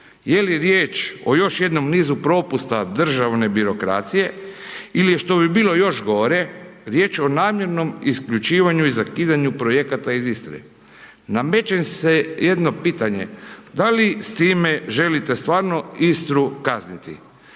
Je li riječ o još jednom nizu propusta državne birokracije ili je, što bi bilo još gore, riječ o namjernom isključivanju i zakidanju projekata iz Istre. Nameće se jedno pitanje. Da li s time želite stvarno Istru kazniti?